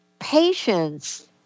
Patience